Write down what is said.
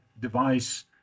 device